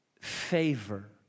favor